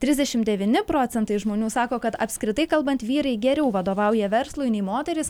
trisdešimt devyni procentai žmonių sako kad apskritai kalbant vyrai geriau vadovauja verslui nei moterys